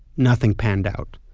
nothing panned out.